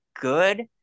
good